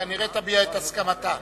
וכנראה תביע את הסכמתה.